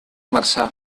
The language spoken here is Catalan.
marçà